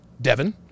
devon